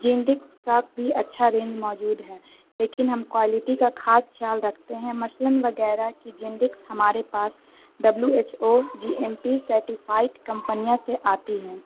جینڈکس کا بھی اچھا رینج موجود ہے لیکن ہم کوالٹی کا خاص خیال رکھتے ہیں مثلاً وغیرہ کی جینڈکس ہمارے پاس W H O G M P certified کمپنیاں سے آتی ہیں